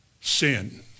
sin